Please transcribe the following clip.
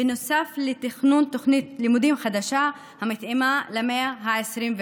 בנוסף לתכנון תוכנית לימודים חדשה המתאימה למאה ה-21.